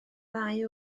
ddau